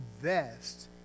invest